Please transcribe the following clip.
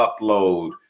upload